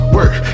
Work